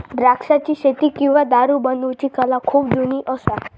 द्राक्षाची शेती किंवा दारू बनवुची कला खुप जुनी असा